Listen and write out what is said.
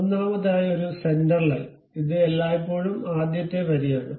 ഒന്നാമതായി ഒരു centre line ഇത് എല്ലായ്പ്പോഴും ആദ്യത്തെ വരിയാണ്